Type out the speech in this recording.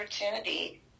opportunity